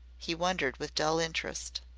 he wondered with dull interest.